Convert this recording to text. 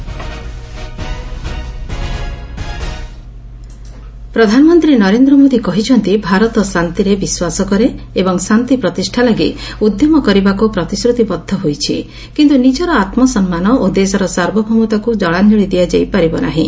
PM Mann Ki Baat ପ୍ରଧାନମନ୍ତ୍ରୀ ନରେନ୍ଦ୍ର ମୋଦି କହିଛନ୍ତି ଭାରତ ଶାନ୍ତିରେ ବିଶ୍ୱାସ କରେ ଏବଂ ଶାନ୍ତି ପ୍ରତିଷ୍ଠା ଲାଗି ଉଦ୍ୟମ କରିବାକୁ ପ୍ରତିଶ୍ରତିବଦ୍ଧ ହୋଇଛି କିନ୍ତୁ ନିଜର ଆତ୍ମସମ୍ମାନ ଓ ଦେଶର ସାର୍ବଭୌମତାକୁ କଳାଞ୍ଜଳି ଦିଆଯାଇପାରିବ ନାହିଁ